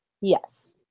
yes